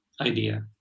idea